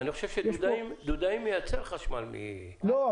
אני חושב שדודואים מייצר חשמל מ --- לא.